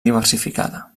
diversificada